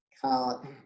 called